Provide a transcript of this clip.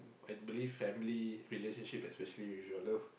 I believe family relationship especially with your love